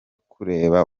kureba